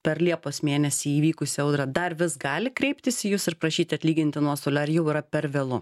per liepos mėnesį įvykusią audrą dar vis gali kreiptis į jus ir prašyti atlyginti nuostolių ar jau yra per vėlu